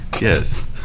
yes